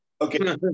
Okay